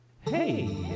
Hey